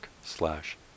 slash